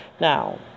Now